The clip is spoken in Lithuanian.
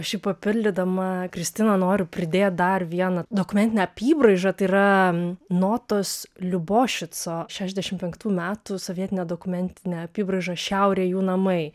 aš šiaip papildydama kristiną noriu pridėt dar vieną dokumentinę apybraižą tai yra notos liubošico šešiasdešimt penktų metų sovietinė dokumentinė apybraiža šiaurė jų namai